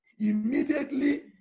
Immediately